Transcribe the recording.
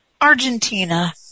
Argentina